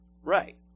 right